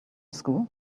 school